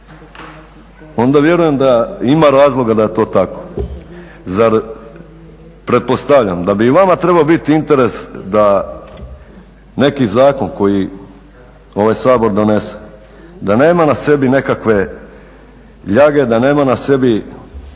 onda vjerujem da ima razloga da je to tako. Pretpostavljam da bi i vama trebao biti interes da neki zakon koji ovaj Sabor donese, da nema na sebi nekakve ljage, da nema nad sobom